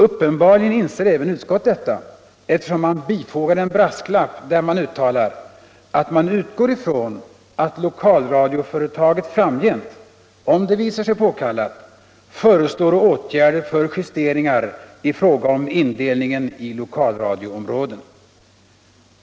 Uppenbarligen inser även utskottet detta, eftersom man bifogar en brasklapp, där man utgår ifrån att lokalradioföretaget framgent, om det visar sig påkallat, föreslår åtgärder för justeringar i fråga om indelningen i lokalradioområden.